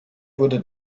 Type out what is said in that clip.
wurde